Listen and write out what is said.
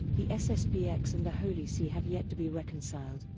the sspx and the holy see have yet to be reconciled,